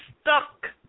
stuck